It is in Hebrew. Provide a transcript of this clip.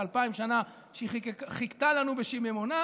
אלפיים שנה שהיא חיכתה לנו בשיממונה,